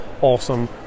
awesome